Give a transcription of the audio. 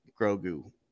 Grogu